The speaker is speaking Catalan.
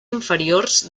inferiors